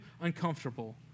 uncomfortable